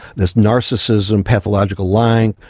there's narcissism, pathological lying,